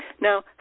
Now